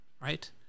right